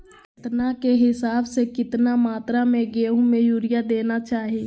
केतना के हिसाब से, कितना मात्रा में गेहूं में यूरिया देना चाही?